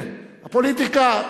הפוליטיקה,